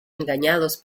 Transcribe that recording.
engañados